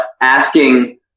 asking